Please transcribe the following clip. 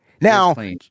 Now